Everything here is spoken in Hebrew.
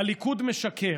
הליכוד משקר.